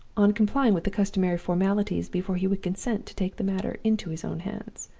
on complying with the customary formalities before he would consent to take the matter into his own hands.